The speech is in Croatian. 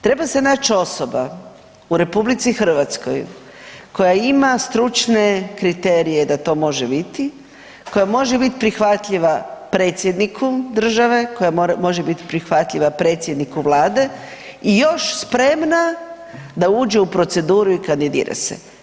Treba se naći osoba u RH koja ima stručne kriterije da to može biti, koja može bit prihvatljiva predsjedniku države, koja može biti prihvatljiva predsjedniku Vlade i još spremna da uđe u proceduru i kandidira se.